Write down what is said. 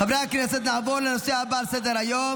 חברי הכנסת, נעבור לנושא הבא על סדר-היום,